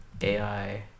AI